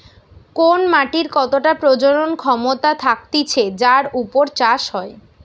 কোন মাটির কতটা প্রজনন ক্ষমতা থাকতিছে যার উপর চাষ হয়